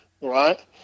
Right